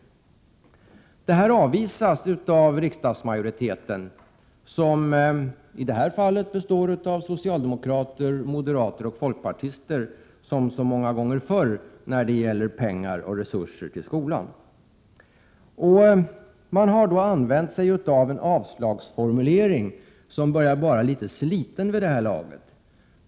Dessa förslag avvisas av riksdagsmajoriteten, som i detta fall består av socialdemokrater, moderater och folkpartister — som så många gånger förr när det gäller pengar och resurser till skolan. De har använt en avslagsformulering som börjar bli litet sliten vid det här laget.